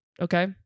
okay